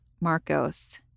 Marcos